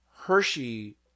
Hershey